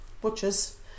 butchers